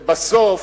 ובסוף,